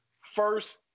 first